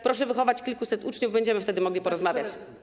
Proszę wychować kilkuset uczniów, będziemy wtedy mogli porozmawiać.